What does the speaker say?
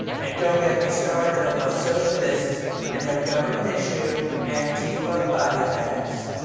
and don't get me started on those socialists in their government-issued, antifa body bags.